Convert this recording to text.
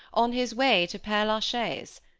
on his way to pee la chaise.